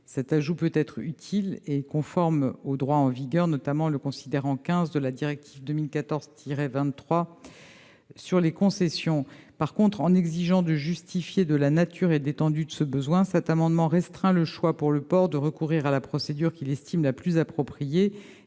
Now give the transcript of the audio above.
être utile, et elle serait conforme au droit en vigueur, notamment au considérant 15 de la directive 2014/23 sur les concessions. En revanche, en exigeant de justifier de la nature et de l'étendue de ce besoin, on restreindrait la faculté, pour le port, de recourir à la procédure qu'il estime la plus appropriée.